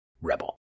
rebel